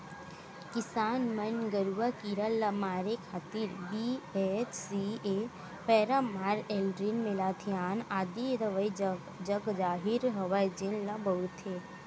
किसान मन गरूआ कीरा ल मारे खातिर बी.एच.सी.ए पैरामार, एल्ड्रीन, मेलाथियान आदि दवई जगजाहिर हवय जेन ल बउरथे